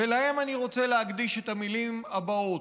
ולהם אני רוצה להקדיש את המילים הבאות,